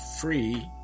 free